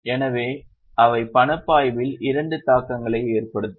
எனவே அவை பணப்பாய்வில் இரண்டு தாக்கங்களை ஏற்படுத்தும்